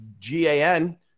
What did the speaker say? GAN